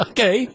Okay